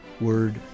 Word